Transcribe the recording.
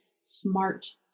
smart